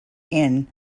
inn